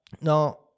now